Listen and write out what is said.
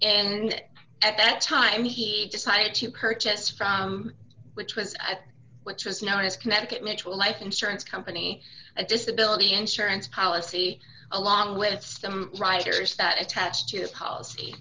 and at that time he decided to purchase from which was which was known as connecticut mutual life insurance company a disability insurance policy along with some riders that attach to his policy